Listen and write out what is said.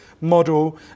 model